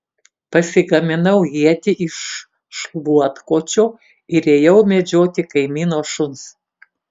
pasigaminau ietį iš šluotkočio ir ėjau medžioti kaimyno šuns